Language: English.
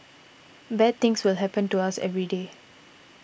bad things will happen to us every day